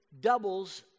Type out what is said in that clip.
doubles